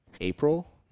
April